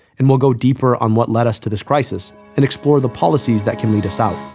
and we'll go deeper on what led us to this crisis and explore the policies that can lead us out.